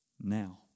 Now